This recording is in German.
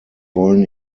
wollen